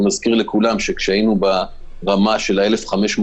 אני מזכיר לכולם שכאשר היינו ברמה של 2,000-1,500,